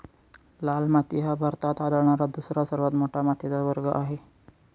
लाल माती हा भारतात आढळणारा दुसरा सर्वात मोठा मातीचा वर्ग आहे